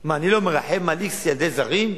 מה, אני לא מרחם על x ילדי זרים?